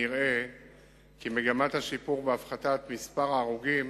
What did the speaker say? נראה כי מגמת השיפור בהפחתת מספר ההרוגים